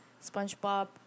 Spongebob